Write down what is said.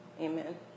Amen